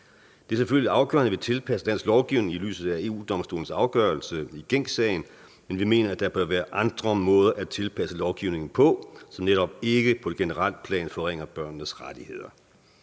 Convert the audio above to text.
Det er selvfølgelig afgørende, at vi tilpasser dansk lovgivning i lyset af EU-Domstolens afgørelse i Gencsagen, men vi mener, der bør være andre måder at tilpasse lovgivningen på, som netop ikke på et generelt plan forringer børnenes rettigheder.